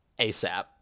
ASAP